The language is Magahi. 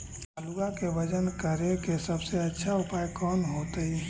आलुआ के वजन करेके सबसे अच्छा उपाय कौन होतई?